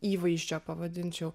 įvaizdžio pavadinčiau